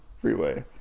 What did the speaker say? freeway